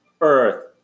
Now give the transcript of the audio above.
earth